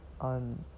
on